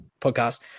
podcast